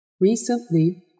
Recently